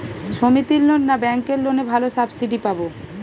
সমিতির লোন না ব্যাঙ্কের লোনে ভালো সাবসিডি পাব?